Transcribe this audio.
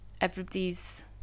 everybody's